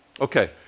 Okay